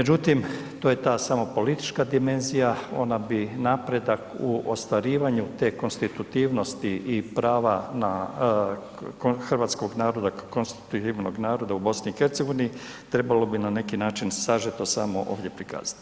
Međutim, to je ta samo politička dimenzija, ona bi napredak u ostvarivanju te konstitutivnosti i prava na hrvatskog naroda, konstitutivnog naroda u BiH trebalo bi na neki način sažeto samo ovdje prikazati.